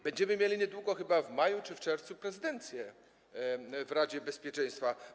Obejmiemy niedługo, chyba w maju czy w czerwcu, prezydencję w Radzie Bezpieczeństwa.